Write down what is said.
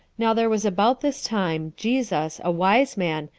now there was about this time jesus, a wise man,